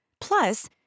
Plus